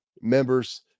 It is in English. members